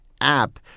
app